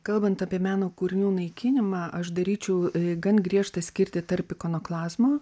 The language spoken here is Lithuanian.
kalbant apie meno kūrinių naikinimą aš daryčiau gan griežtą skirtį tarp ikonoklazmo